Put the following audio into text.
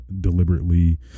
deliberately